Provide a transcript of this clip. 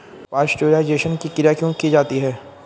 Pasteurisation की क्रिया क्यों की जाती है?